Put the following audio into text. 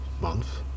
month